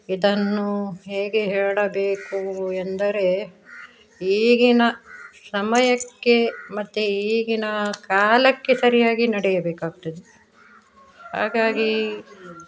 ಇದನ್ನು ಹೇಗೆ ಹೇಳಬೇಕು ಎಂದರೆ ಈಗಿನ ಸಮಯಕ್ಕೆ ಮತ್ತೆ ಈಗಿನ ಕಾಲಕ್ಕೆ ಸರಿಯಾಗಿ ನಡೆಯಬೇಕಾಗ್ತದೆ ಹಾಗಾಗಿ